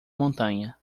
montanha